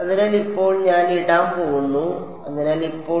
അതിനാൽ ഇപ്പോൾ ഞാൻ ഇടാൻ പോകുന്നു അതിനാൽ ഇപ്പോൾ